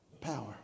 Power